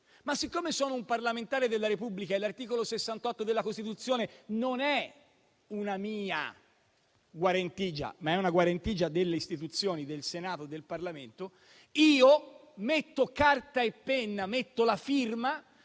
ma siccome sono un parlamentare della Repubblica e l'articolo 68 della Costituzione non è una mia guarentigia, ma è una guarentigia delle istituzioni, del Senato, del Parlamento, prendo carta e penna, metto la firma